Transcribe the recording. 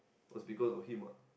was because of him what